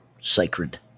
sacred